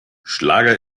schlager